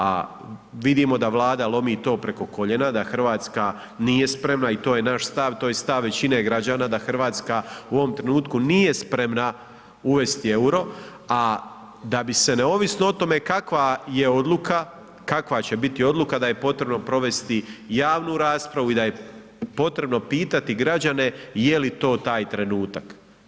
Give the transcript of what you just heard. A vidimo da Vlada lomi to preko koljena, da Hrvatska nije spremna i to je naš stav, to je stav i većine građana da Hrvatska u ovom trenutku nije spremna uvesti euro a da bi se neovisno o tome kakva je odluka, kakva će biti odluka da je potrebno provesti javnu raspravu i da je potrebno pitati građane je li to taj trenutak.